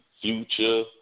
Future